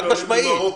גם עולים ממרוקו.